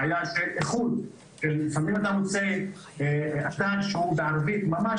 בעיה של איכות לפעמים אתה מוצא אתר שהוא בערבית ממש